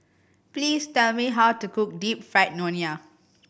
please tell me how to cook Deep Fried Ngoh Hiang